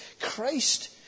christ